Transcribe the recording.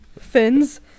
fins